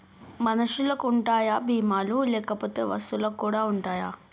మనుషులకి ఉంటాయా బీమా లు లేకపోతే వస్తువులకు కూడా ఉంటయా?